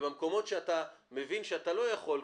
ובמקומות שאתה מבין שאתה לא יכול,